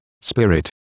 spirit